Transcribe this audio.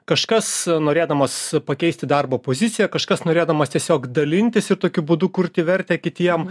kažkas norėdamas pakeisti darbo poziciją kažkas norėdamas tiesiog dalintis ir tokiu būdu kurti vertę kitiem